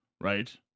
right